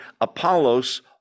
Apollos